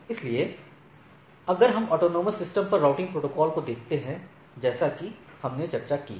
इसलिए अगर हम ऑटॉनमस सिस्टमों पर राउटिंग प्रोटोकॉल को देखते हैं जैसा कि हमने चर्चा की है